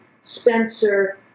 Spencer